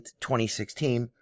2016